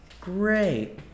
great